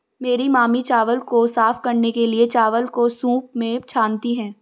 मेरी मामी चावल को साफ करने के लिए, चावल को सूंप में छानती हैं